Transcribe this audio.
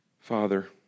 Father